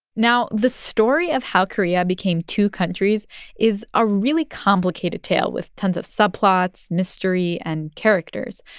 now, the story of how korea became two countries is a really complicated tale with tons of subplots, mystery and characters.